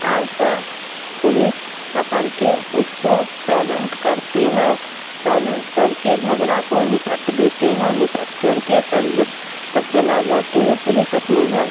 اور سا پولیس پپڑ کے اس کو سائلینٹ کرتے ہیں سائلنٹ کر کے جھگڑا کو نپٹ دیتے ہیں نپٹ کر کے چل تب چلا جاتے ہے پولیس اپنے گھر